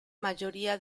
mayoría